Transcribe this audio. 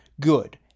Good